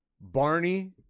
Barney